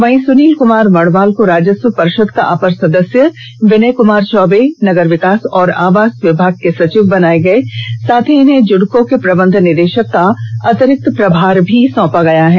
वहीं सुनील कुमार वर्णवाल को राजस्व पर्षद का अपर सदस्य विनय कुमार चौबे को नगर विकास और आवास विभाग को सचिव बनाया गया है साथ ही इन्हें जुड़को के प्रबंध निदेशक का अतिरिक्त प्रभार भी सौंपा गया है